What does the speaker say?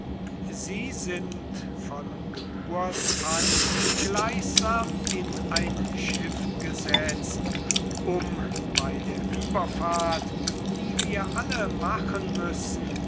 sie sind von geburt an gleichsam in ein schiff gesetzt um bei der überfahrt die wir alle machen müssen